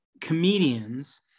comedians